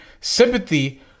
sympathy